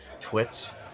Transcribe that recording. twits